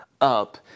up